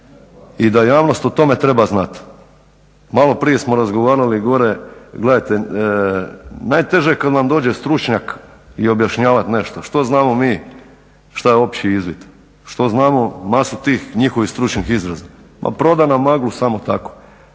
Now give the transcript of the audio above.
i da javnost o tome treba znati. Malo prije samo razgovarali gore, gledajte najteže je kada nam dođe stručnjak i objašnjavati nešto. Što znamo mi što je opći izvid, što znamo masu tih njihovih stručnih izraza? Ma proda nam maglu samo tako.